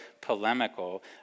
polemical